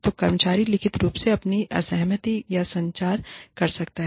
तो कर्मचारी लिखित रूप में अपनी असहमति का संचार कर सकता है